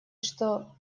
что